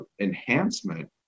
enhancement